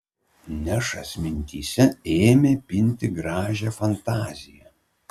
nešas mintyse ėmė pinti gražią fantaziją